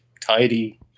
tidy